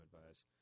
advice